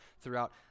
throughout